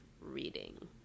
reading